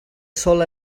sòl